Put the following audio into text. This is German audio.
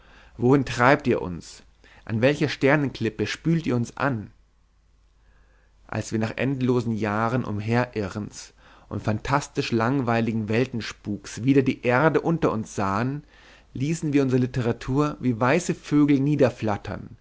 wohin treibt ihr uns an welcher sternenklippe spült ihr uns an als wir nach endlosen jahren umherirrens und phantastisch langweiligen weltenspuks wieder die erde unter uns sahen ließen wir unsere litteratur wie weiße vögel